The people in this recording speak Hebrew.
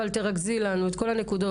אבל תרכזי לנו את כל הנקודות,